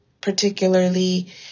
particularly